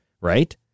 Right